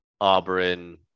Auburn